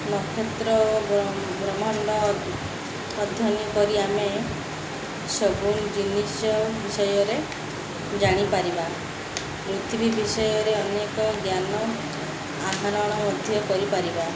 ନକ୍ଷତ୍ର ଓ ବ୍ରହ୍ମାଣ୍ଡ ଅଧ୍ୟୟନ କରି ଆମେ ସବୁ ଜିନିଷ ବିଷୟରେ ଜାଣିପାରିବା ପୃଥିବୀ ବିଷୟରେ ଅନେକ ଜ୍ଞାନ ଆହରଣ ମଧ୍ୟ କରିପାରିବା